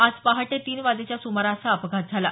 आज पहाटे तीन वाजेच्या सुमारास हा अपघात झाला